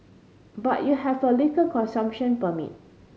but you have a liquor consumption permit